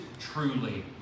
truly